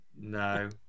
No